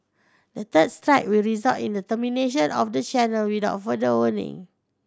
the third strike will result in the termination of the channel without further warning